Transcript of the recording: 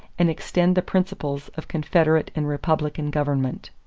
and extend the principles of confederate and republican government.